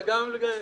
כן.